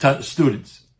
students